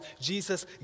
Jesus